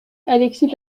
alexis